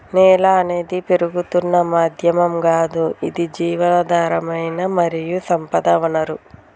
నేల అనేది పెరుగుతున్న మాధ్యమం గాదు ఇది జీవధారమైన మరియు సంపద వనరు